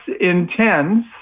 intense